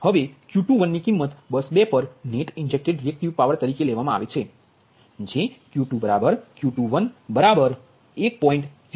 હવે Q21ની કિંમત બસ 2 પર નેટ ઇન્જેક્ટેડ રિએક્ટિવ પાવર તરીકે લેવામાં આવે છે જે Q2 Q21 1